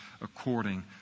according